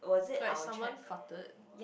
like someone farted